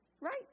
Right